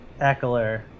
Eckler